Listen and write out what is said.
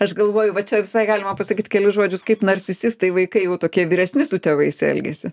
aš galvoju va čia visai galima pasakyt kelis žodžius kaip narcisistai vaikai jau tokie vyresni su tėvais elgiasi